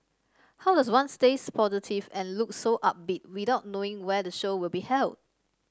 how does one stays positive and look so upbeat without knowing where the show will be held